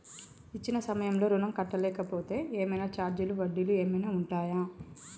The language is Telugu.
ఇచ్చిన సమయంలో ఋణం కట్టలేకపోతే ఏమైనా ఛార్జీలు వడ్డీలు ఏమైనా ఉంటయా?